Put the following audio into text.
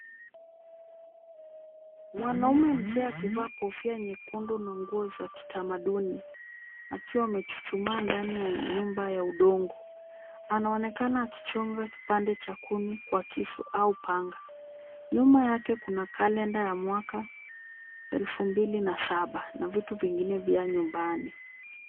Mwanaume mzee akivaa kofia nyekundu na nguo za kitamaduni akiwa amechuchumaa ndani ya nyumba ya udongo. Anaonekana akichonga kipande cha kuni kwa kisu au panga. Nyuma yake kuna kalenda ya mwaka 2007 na vitu vingine vya nyumbani.